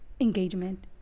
engagement